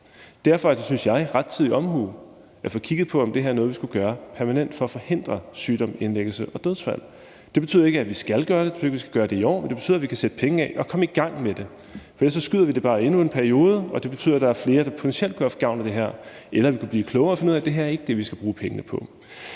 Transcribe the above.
Derfor synes jeg, det er rettidig omhu at få kigget på, om det her er noget, vi skulle gøre permanent for at forhindre sygdom, indlæggelser og dødsfald. Det betyder ikke, at vi skal gøre det, og det betyder heller ikke, at vi skal gøre det i år, men det betyder, at vi kan sætte penge af til det og komme i gang med det, for ellers udskyder vil det bare endnu en periode. Det betyder, at der er flere, der potentielt kunne have haft gavn af det her, eller vi kunne blive klogere og finde ud af, at det ikke er det her, vi skal bruge penge på.